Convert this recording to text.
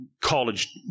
college